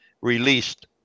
released